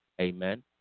Amen